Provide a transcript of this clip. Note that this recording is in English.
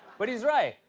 but he's right.